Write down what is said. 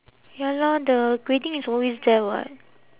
ya lah the grading is always there [what]